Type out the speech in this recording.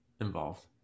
involved